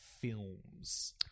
films